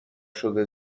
شده